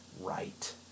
right